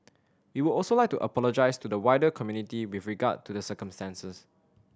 we would also like to apologise to the wider community with regard to the circumstances